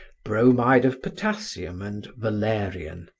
bromide of potassium and valerian.